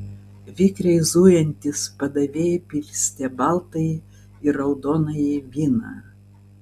vikriai zujantys padavėjai pilstė baltąjį ir raudonąjį vyną